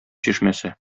чишмәсе